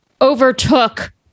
overtook